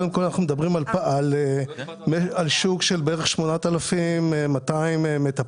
אנחנו מדברים על שוק של בערך 8,200 מטפלים,